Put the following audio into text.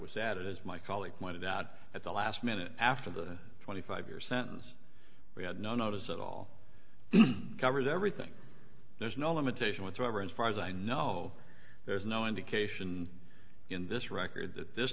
added as my colleague pointed out at the last minute after the twenty five year sentence we had no notice at all covered everything there's no limitation whatsoever as far as i know there's no indication in this record that this